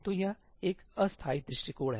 तो यह एक अस्थायी दृष्टिकोण है